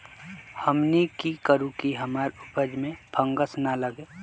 हमनी की करू की हमार उपज में फंगस ना लगे?